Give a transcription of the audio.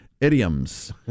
idioms